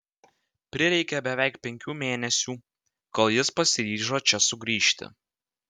prireikė beveik penkių mėnesių kol jis pasiryžo čia sugrįžti